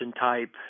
type